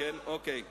שר האוצר, היסטוריון.